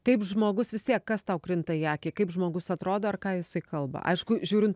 kaip žmogus vis tiek kas tau krinta į akį kaip žmogus atrodo ar ką jisai kalba aišku žiūrint